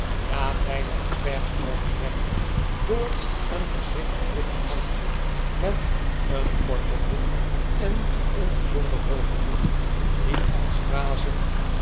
ja bijna omver geloopen werd door een verschrikkelijk driftig mannetje met een korte broek en een bijzonder hoogen hoed die als razend